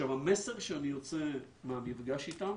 המסר שאני יוצא מהמפגש איתם